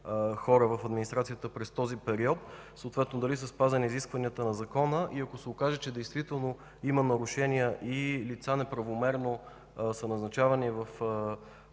хора в администрацията през този период, съответно дали са спазени изискванията на закона. И ако се окаже, че действително има нарушения и лица неправомерно са назначавани в